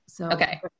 Okay